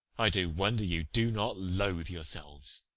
i do wonder you do not loathe yourselves.